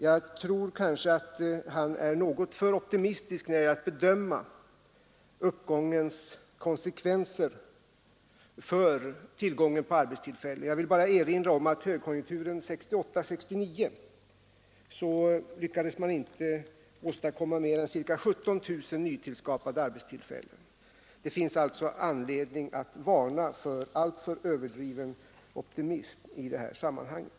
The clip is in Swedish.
Jag tror dock att han är något för optimistisk när det gäller att bedöma en konjunkturuppgångs konsekvenser för tillgången på arbetstillfällen. Jag vill bara erinra om att man under högkonjunkturen 1968-1969 inte lyckades åstadkomma mer än ca 17 000 nytillskapade arbetstillfällen i industrin. Det finns alltså anledning att varna för en alltför överdriven optimism i det här sammanhanget.